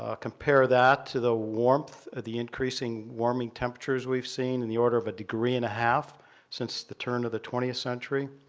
ah compare that to the warmth of the increasing warming temperatures we've seen and the order of a degree and a half since the turn of the twentieth century.